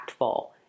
impactful